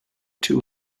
two